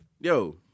yo